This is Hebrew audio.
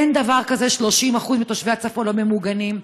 אין דבר כזה, 30% מתושבי הצפון לא ממוגנים.